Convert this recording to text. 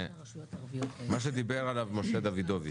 מה שדיבר עליו משה דוידוביץ',